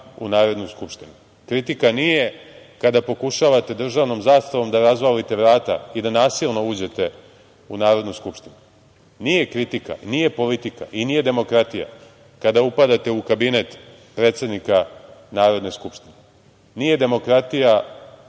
u Narodnu skupštinu, kritika nije kada pokušavate državnom zastavom da razvalite vrata i da nasilno uđete u Narodnu skupštinu. Nije kritika, nije politika i nije demokratija kada upadate u kabinet predsednika Narodne skupštine. Nije demokratija,